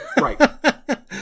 right